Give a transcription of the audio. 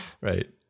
Right